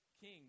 King